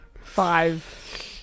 Five